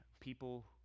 people